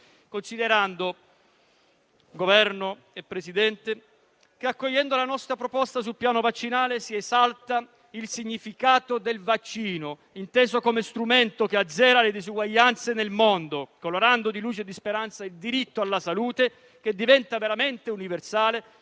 del Governo, che, accogliendo la nostra proposta sul piano vaccinale, si esalta il significato del vaccino, inteso come strumento che azzera le disuguaglianze nel mondo, colorando di luce e di speranza il diritto alla salute, che diventa veramente universale